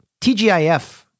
TGIF